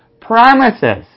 promises